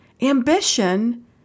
Ambition